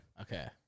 Okay